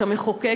את המחוקק,